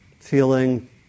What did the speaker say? feeling